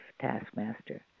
taskmaster